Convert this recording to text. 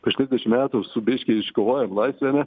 prieš trisdešim metų su biškį iškovojom laisvę ane